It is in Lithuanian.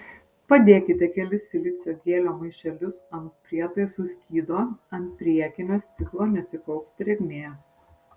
padėkite kelis silicio gelio maišelius ant prietaisų skydo ant priekinio stiklo nesikaups drėgmė